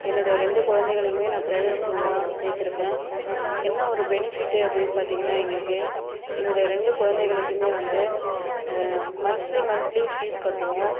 என்னுடைய ரெண்டு குழந்தைகளையுமே நான் பிரைவேட் ஸ்கூலில் தான் சேர்த்துருக்கேன் என்ன ஒரு பெனிஃபிட்டு அப்படினு பார்த்தீங்கனா எங்களுக்கு என்னுடைய ரெண்டு குழந்தைகளுக்குமே வந்து மந்த்லி மந்த்லி ஃபீஸ் கட்டுவோம்